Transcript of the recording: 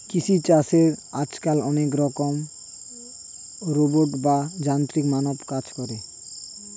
কৃষি চাষে আজকাল অনেক রকমের রোবট বা যান্ত্রিক মানব কাজ করে